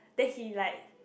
then he like